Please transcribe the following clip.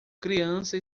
criança